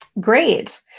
Great